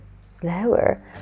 slower